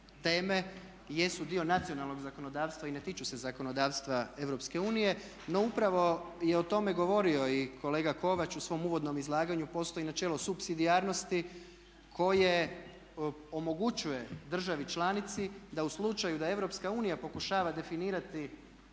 jesu dio nacionalnog zakonodavstva i ne tiču se zakonodavstva EU. No, upravo je o tome govorio i kolega Kovač u svom uvodnom izlaganju. Postoji načelo supsidijarnosti koje omogućuje državi članici da u slučaju da EU pokušava definirati